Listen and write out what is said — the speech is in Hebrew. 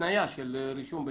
התניה של רישום בתל"ן.